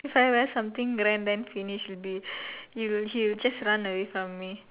if I wear something grand then finish will be he will he will just run away from me